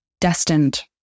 destined